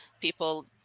people